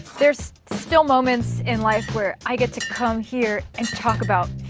there's still moments in life where i get to come here and talk about